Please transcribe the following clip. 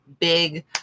Big